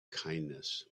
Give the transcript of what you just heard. kindness